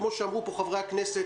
כפי שאמרו פה חברי הכנסת,